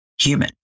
human